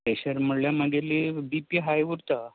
pressure म्हणल्यार मागेली B P high उरता